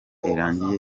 irangiye